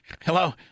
hello